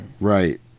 Right